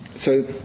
so,